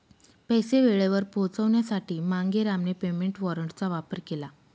पैसे वेळेवर पोहोचवण्यासाठी मांगेरामने पेमेंट वॉरंटचा वापर केला